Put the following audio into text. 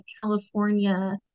California